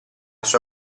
sua